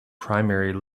primary